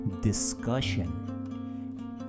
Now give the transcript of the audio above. discussion